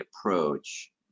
approach